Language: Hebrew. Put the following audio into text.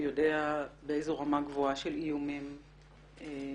יודע באיזו רמה גבוהה של איומים עבדת.